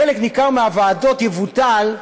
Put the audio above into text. חלק ניכר מהוועדות יבוטלו,